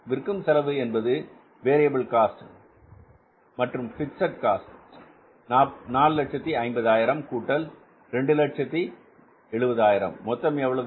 விற்கும் செலவு என்பது வேரியபில் காஸ்ட் மற்றும் பிக்ஸட் 450000 கூட்டல் 270000 மொத்தம் எவ்வளவு